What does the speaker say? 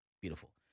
Beautiful